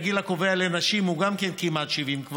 גם הגיל הקובע לנשים הוא כבר כמעט 70,